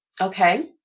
Okay